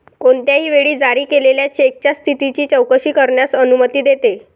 कोणत्याही वेळी जारी केलेल्या चेकच्या स्थितीची चौकशी करण्यास अनुमती देते